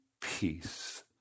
peace